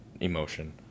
emotion